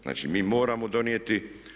Znači mi moramo donijeti.